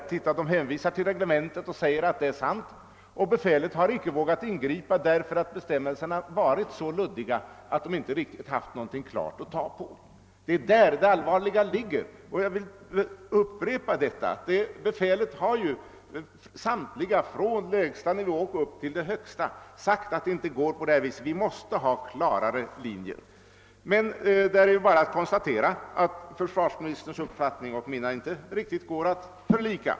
De har påtalat, att FiB hänvisar till reglementet och säger att det väl måste vara sant, och befälet har inte vågat ingripa därför att bestämmelserna har varit så »luddiga« att det inte funnits några klara besked att hänvisa till. Det är just det som är det allvarliga. Jag vill upprepa detta. Befälet — samtliga, från den lägsta graden och uppåt till den högsta — har ansett att det inte går att fortsätta på det viset utan sagt att man måste ha klarare linjer att följa. Jag konstaterar att försvarsministerns uppfattning och min inte riktigt går att förlika.